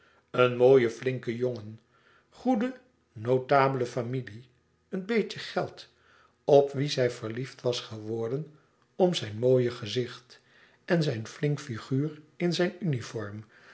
een mooie flinke jongen goede notabele familie een beetje geld op wien zij verliefd was geworden om zijn mooie gezicht en zijn flink figuur in zijn uniform